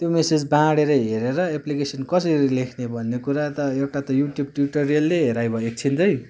त्यो मेसेज बाँडेर हेरेर एप्लिकेसन कसरी लेख्ने भन्ने कुरा त एउटा त युट्युब ट्युटोरियलै हेराइ भयो एकछिन चाहिँ